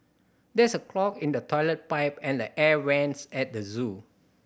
there is a clog in the toilet pipe and the air vents at the zoo